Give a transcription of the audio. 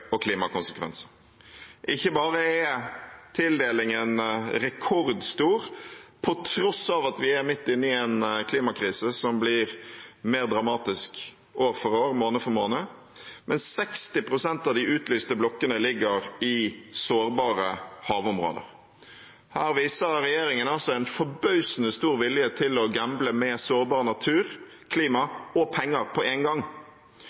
Ikke bare er tildelingen rekordstor på tross av at vi er midt i en klimakrise som blir mer dramatisk år for år, måned for måned, 60 pst. av de utlyste blokkene ligger også i sårbare havområder. Her viser regjeringen altså en forbausende stor vilje til å gamble med sårbar natur, klima og penger på en gang.